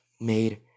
made